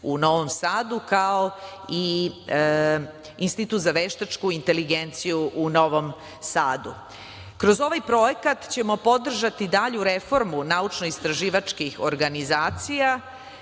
u Novom Sadu, kao i Institut za veštačku inteligenciju u Novom Sadu. Kroz ovaj projekat ćemo podržati dalju reformu naučno-istraživačkih organizacija